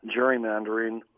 gerrymandering